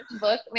book